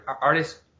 artists